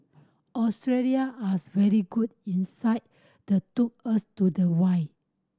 Australia are very good in side the took us to the wire